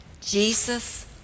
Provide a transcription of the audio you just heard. Jesus